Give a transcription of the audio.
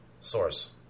source